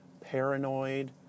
paranoid